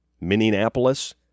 Minneapolis